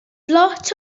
lot